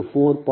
0 4